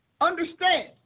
understand